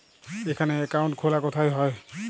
এখানে অ্যাকাউন্ট খোলা কোথায় হয়?